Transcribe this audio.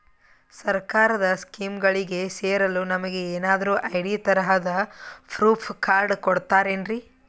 ಸರ್ಕಾರದ ಸ್ಕೀಮ್ಗಳಿಗೆ ಸೇರಲು ನಮಗೆ ಏನಾದ್ರು ಐ.ಡಿ ತರಹದ ಪ್ರೂಫ್ ಕಾರ್ಡ್ ಕೊಡುತ್ತಾರೆನ್ರಿ?